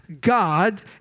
God